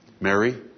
Mary